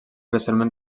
recentment